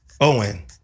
Owen